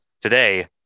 today